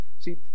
See